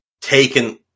taken